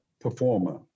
performer